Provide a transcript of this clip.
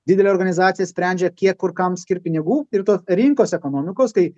didelė organizacija sprendžia kiek kur kam skirt pinigų ir tos rinkos ekonomikos kai